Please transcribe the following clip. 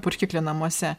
purškiklį namuose